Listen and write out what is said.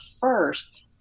first